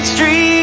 Street